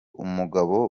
umugabo